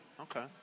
Okay